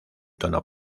tono